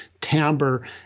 timbre